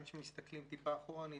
גם כשמסתכלים טיפה אחורנית,